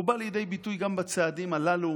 זה בא לידי ביטוי גם בצעדים הללו